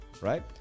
right